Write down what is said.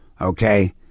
okay